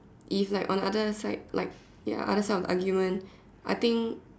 if like on other side like ya on other side of the argument I think